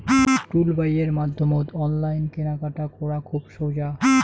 টুলবাইয়ের মাধ্যমত অনলাইন কেনাকাটা করা খুব সোজা